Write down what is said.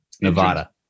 Nevada